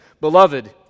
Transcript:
Beloved